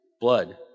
blood